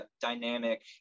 dynamic